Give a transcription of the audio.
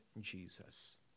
Jesus